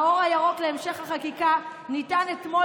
האור הירוק להמשך החקיקה ניתן אתמול